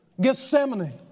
Gethsemane